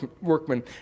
workmen